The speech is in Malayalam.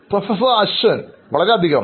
പ്രൊഫസർ അശ്വിൻവളരെയധികം